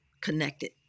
connected